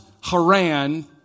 Haran